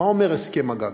מה אומר הסכם הגג?